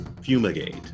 Fumigate